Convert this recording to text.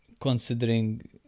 considering